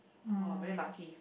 !wah! very lucky